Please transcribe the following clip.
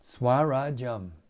swarajam